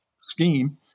scheme